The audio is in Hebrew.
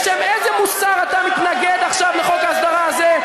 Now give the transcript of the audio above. בשם איזה מוסר אתה מתנגד עכשיו לחוק ההסדרה הזה,